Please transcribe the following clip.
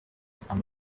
trump